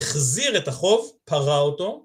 החזיר את החוב, פרע אותו,